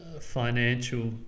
financial